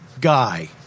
guy